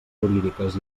jurídiques